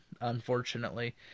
unfortunately